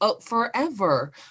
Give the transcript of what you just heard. forever